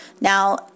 Now